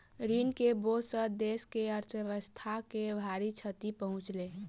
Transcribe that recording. ऋण के बोझ सॅ देस के अर्थव्यवस्था के भारी क्षति पहुँचलै